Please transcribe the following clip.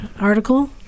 article